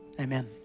amen